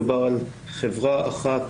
מדובר על חברה אחת,